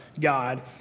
God